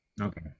okay